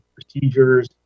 procedures